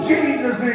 Jesus